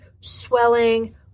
swelling